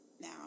now